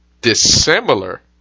dissimilar